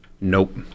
Nope